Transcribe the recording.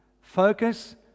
Focus